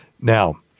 Now